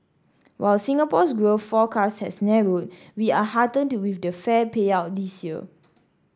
while Singapore's growth forecast has narrowed we are heartened with the fair payout this year